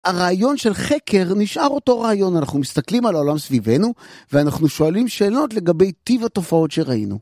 הרעיון של חקר נשאר אותו רעיון, אנחנו מסתכלים על העולם סביבנו ואנחנו שואלים שאלות לגבי טיב התופעות שראינו.